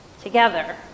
together